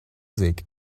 music